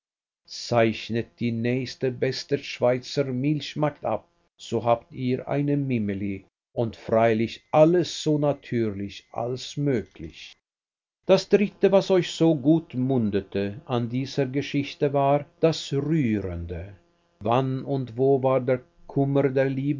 zeichnet die nächste beste schweizer milchmagd ab so habt ihr eine mimili und freilich alles so natürlich als möglich das dritte was euch so gut mundete an dieser geschichte war das rührende wann und wo war der kummer